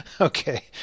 Okay